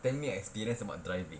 tell me your experience about driving